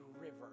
river